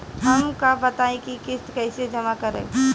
हम का बताई की किस्त कईसे जमा करेम?